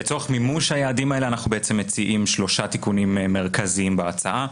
לצורך מימוש היעדים האלה אנחנו מציעים שלושה תיקונים מרכזיים בהצעה.